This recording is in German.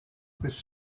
bis